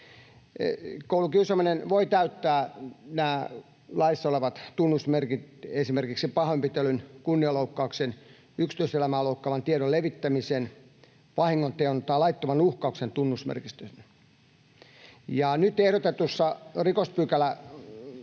Koulukiusaaminen voi täyttää nämä laissa olevat tunnusmerkit, esimerkiksi pahoinpitelyn, kunnianloukkauksen, yksityiselämää loukkaavan tiedon levittämisen, vahingonteon tai laittoman uhkauksen tunnusmerkistön. Nyt ehdotetussa rikospykälämuodossa